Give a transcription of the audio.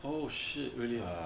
oh shit really ah